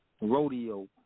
rodeo